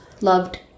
Loved